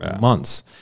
months